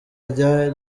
rya